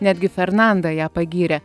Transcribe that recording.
netgi fernanda ją pagyrė